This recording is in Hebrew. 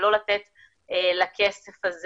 ולא לתת לכסף הזה